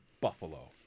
Buffalo